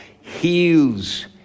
heals